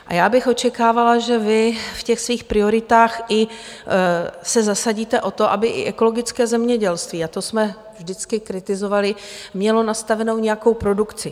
A já bych očekávala, že vy v těch svých prioritách se i zasadíte o to, aby i ekologické zemědělství, a to jsme vždycky kritizovali, mělo nastavenou nějakou produkci.